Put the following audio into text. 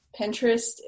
Pinterest